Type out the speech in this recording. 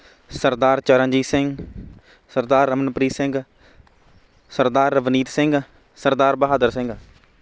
Sardar Charanjit Singh Sardar Ramanpreet Singh Sardar Ravneet Singh Sardar Bahadur Singh